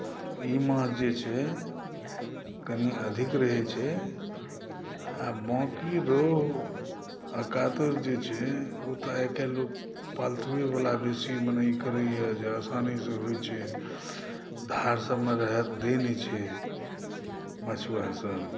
ई माछ जे छै कनि अधिक रहै छै बाँकि रोहु आ कातल जे छै ओ तऽ आइ काल्हि लोक पालतुए वाला बेसी मने ई करैए जे आसानी से होइ छै धार सभमे रहए देइ नहि छै मछुआर सभ